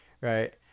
right